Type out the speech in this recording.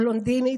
בלונדינית,